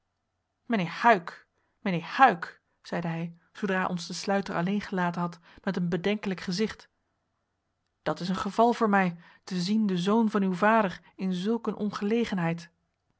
mijnheer huyck mijnheer huyck zeide hij zoodra ons de sluiter alleengelaten had met een bedenkelijk gezicht dat is een geval voor mij te zien den zoon van uw vader in zulk een ongelegenheid